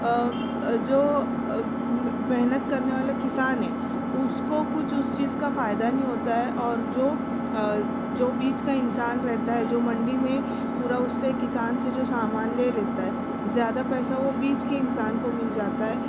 جو محنت کرنے والا کسان ہے اس کو کچھ اس چیز کا فائدہ نہیں ہوتا ہے اور جو جو بیچ کا انسان رہتا ہے جو منڈی میں پورا اس سے کسان سے جو سامان لے لیتا ہے زیادہ پیسہ وہ بیچ کے انسان کو مل جاتا ہے